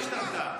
השתנתה.